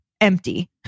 empty